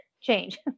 change